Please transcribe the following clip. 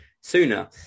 sooner